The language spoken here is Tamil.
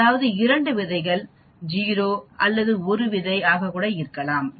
அதாவது 2விதைகள் 0 அல்லது 1 விதை ஆக அது இருக்கலாம்